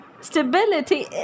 Stability